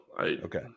Okay